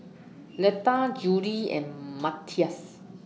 Leda Julie and Matthias